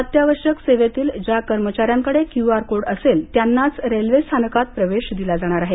अत्यावश्यक सेवेतील ज्या कर्मचाऱ्यांकडे क्यू आर कोड असेल त्यांनाच रेल्वे स्थानकात प्रवेश दिला जाणार आहे